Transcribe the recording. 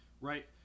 right